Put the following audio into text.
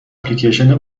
اپلیکیشن